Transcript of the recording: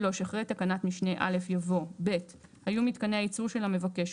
אחרי התקנת משנה (א) יבוא: "(ב) היו מתקני הייצור של המבקש,